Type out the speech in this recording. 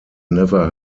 never